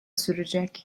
sürecek